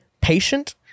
patient